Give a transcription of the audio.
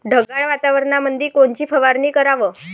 ढगाळ वातावरणामंदी कोनची फवारनी कराव?